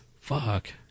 Fuck